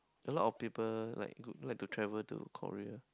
a lot of peoples like look like to travel to Korea